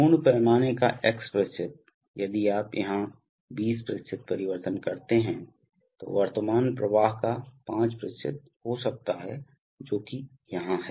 पूर्ण पैमाने का x यदि आप यहाँ 20 परिवर्तन करते हैं तो वर्तमान प्रवाह का 5 हो सकता है जो कि यहाँ है